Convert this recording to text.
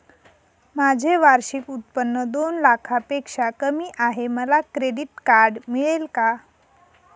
माझे वार्षिक उत्त्पन्न दोन लाखांपेक्षा कमी आहे, मला क्रेडिट कार्ड मिळेल का?